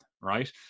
right